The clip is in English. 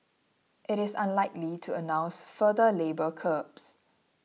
it is unlikely to announce further labour curbs